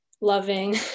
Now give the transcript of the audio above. loving